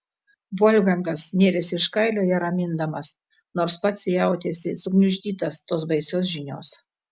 volfgangas nėrėsi iš kailio ją ramindamas nors pats jautėsi sugniuždytas tos baisios žinios